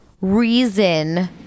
reason